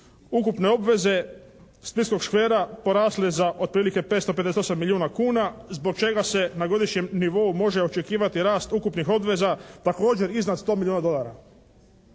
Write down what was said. ukupne obveze splitskog škvera porasle za otprilike 558 milijuna kuna zbog čega se na godišnjem nivou može očekivati rast ukupnih obveza također iznad 100 milijuna dolara.